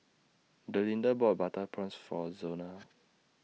Delinda bought Butter Prawns For Zona